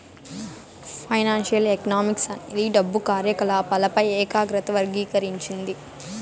financial economics అనేది డబ్బు కార్యకాలపాలపై ఏకాగ్రత వర్గీకరించింది